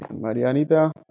Marianita